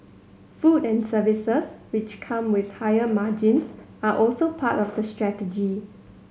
food and services which come with higher margins are also part of the strategy